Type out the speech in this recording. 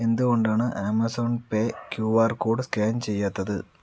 എന്തു കൊണ്ടാണ് Amazon Pay Q R code scan ചെയ്യാത്തത്